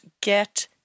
get –